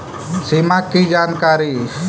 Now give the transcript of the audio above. सिमा कि जानकारी?